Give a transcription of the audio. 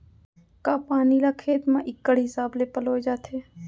का पानी ला खेत म इक्कड़ हिसाब से पलोय जाथे?